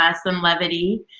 ah some levity,